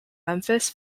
memphis